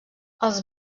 els